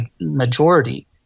majority